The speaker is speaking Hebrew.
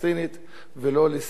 ולא לשחק בכאילו.